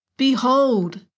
Behold